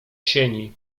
sieni